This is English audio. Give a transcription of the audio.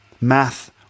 math